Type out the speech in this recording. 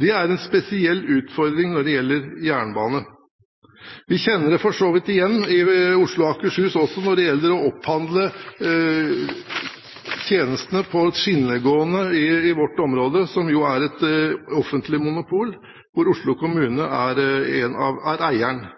Det er en spesiell utfordring når det gjelder jernbane. Vi kjenner det for så vidt igjen i Oslo og Akershus, også når det gjelder å «opphandle» tjenestene for det skinnegående, som er et offentlig monopol, hvor Oslo kommune er eieren. Ruter må da som administrasjonsselskap «opphandle» i et monopol på vegne av